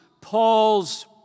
Paul's